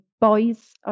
boys